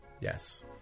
Yes